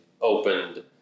opened